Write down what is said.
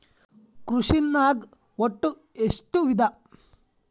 ಕೃಷಿನಾಗ್ ಒಟ್ಟ ಎಷ್ಟ ವಿಧ?